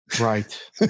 Right